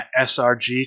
SRG